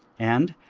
and,